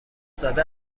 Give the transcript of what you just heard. زده